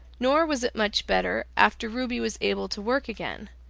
nor was it much better after ruby was able to work again,